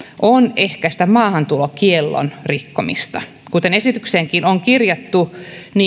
on ehkäistä maahantulokiellon rikkomista kuten esitykseenkin on kirjattu